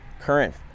current